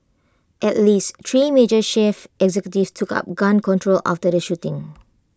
at least three major chief executives took up gun control after the shooting